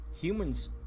Humans